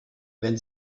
wenn